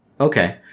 Okay